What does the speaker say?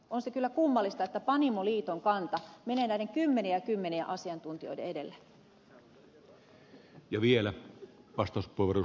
on se kyllä kummallista että panimoliiton kanta menee näiden kymmenien ja kymmenien asiantuntijoiden edelle